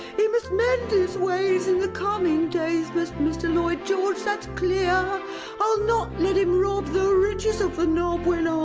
he must mend his ways in the coming days must mr lloyd george, that's clear i'll not let him rob the riches of the nob when